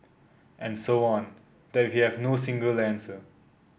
and so on that we have no single answer